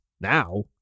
now